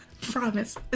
Promise